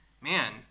man